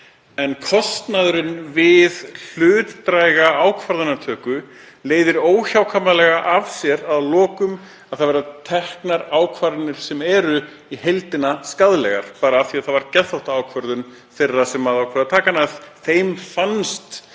en kostnaðurinn við hlutdræga ákvarðanatöku leiðir óhjákvæmilega af sér að lokum að teknar verða ákvarðanir sem eru í heildina skaðlegar, bara af því að það var geðþóttaákvörðun þeirra sem ákváðu að taka hana, þeim fannst